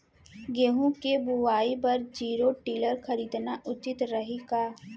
गेहूँ के बुवाई बर जीरो टिलर खरीदना उचित रही का?